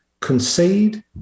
concede